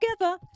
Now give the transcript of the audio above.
together